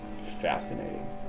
fascinating